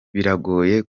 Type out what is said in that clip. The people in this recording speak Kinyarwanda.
biragoye